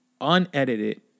unedited